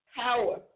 power